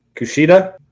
Kushida